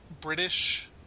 British